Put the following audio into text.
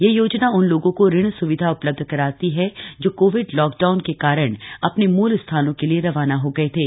यह योजना उन लोगों को ऋण स्विधा प्रदान करती है जो कोविड लॉक डाउन के कारण अपने मूल स्थानों के लिए रवाना हो गए थे